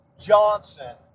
Johnson